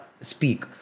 speak